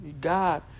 God